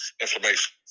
inflammation